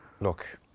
Look